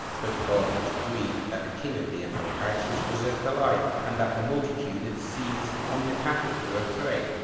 but god was grieved that the king of the amalekites was preserved alive, and that the multitude had seized on the cattle for a prey,